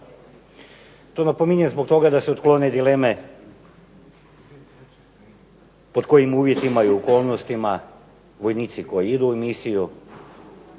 To napominjem zbog toga da se otklone dileme pod kojim uvjetima i okolnostima vojnici koji idu u misiju